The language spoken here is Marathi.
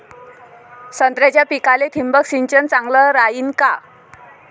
संत्र्याच्या पिकाले थिंबक सिंचन चांगलं रायीन का?